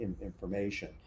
information